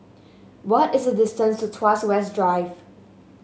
what is the distance to Tuas West Drive